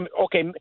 okay